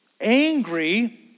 angry